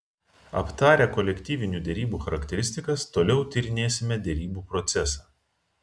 aptarę kolektyvinių derybų charakteristikas toliau tyrinėsime derybų procesą